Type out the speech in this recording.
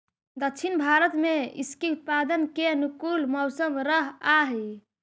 दक्षिण भारत में इसके उत्पादन के अनुकूल मौसम रहअ हई